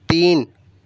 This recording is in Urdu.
تین